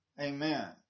Amen